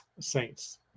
saints